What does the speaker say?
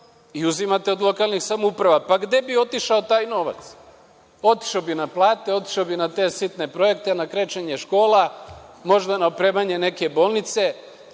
i uzimate od lokalnih samouprava. Pa, gde bi otišao taj novac? Otišao bi na plate, otišao bi na te sitne projekte, na krečenje škola, možda na opremanje neke bolnice.